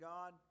God